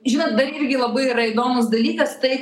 žinot dar irgi labai yra įdomus dalykas tai